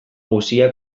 guzia